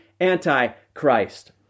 Antichrist